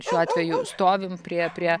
šiuo atveju stovim prie prie